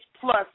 plus